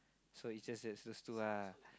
so is just just those two ah